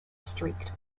streaked